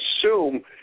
assume